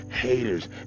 haters